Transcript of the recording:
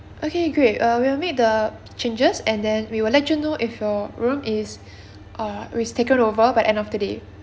okay great uh we'll make the changes and then we will let you know if your room is uh is taken over by end of the day